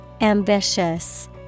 Ambitious